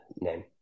name